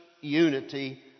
unity